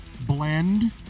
blend